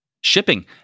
Shipping